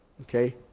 Okay